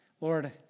Lord